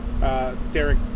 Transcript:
Derek